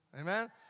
Amen